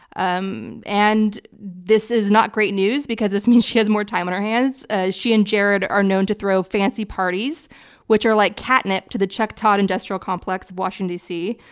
um and this is not great news, because this means she has more time on her hands. she and jared are known to throw fancy parties which are like catnip to the chuck todd industrial complex in washington dc.